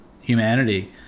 humanity